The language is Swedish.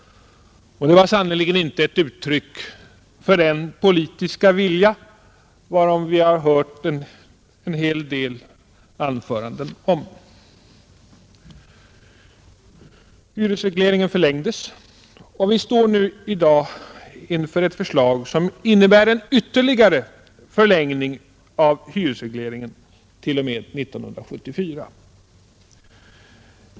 Det var sannerligen inte ett uttryck för den politiska vilja varom vi har hört en del anföranden. Hyresregleringen förlängdes och vi står i dag inför ett förslag, som innebär en ytterligare förlängning av hyresregleringen t.o.m. 1974.